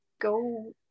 go